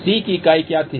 C की इकाई क्या थी